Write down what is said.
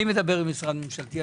אני מדבר עם משרד ממשלתי,